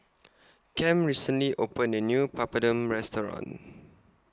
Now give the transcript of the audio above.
Cam recently opened A New Papadum Restaurant